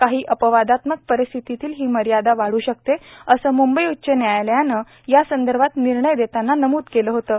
काही अपवादात्मक परिस्थितीत ही मर्यादा वाढू शकते असं मूंबई उच्च न्यायालयानं यासंदर्भात निर्णय देताना नमूद केलं होतं